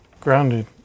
grounded